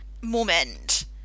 moment